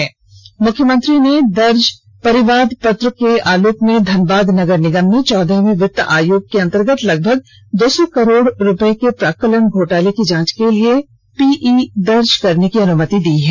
वहीं मुख्यमंत्री ने दर्ज परिवाद पत्र के आलोक में धनबाद नगर निगम में चौदहवें वित्त आयोग के अंतर्गत लगभग दो सौ करोड़ रुपए के प्राक्कलन घोटाला की जांच के लिए पीवईव दर्ज करने की अनुमति दी है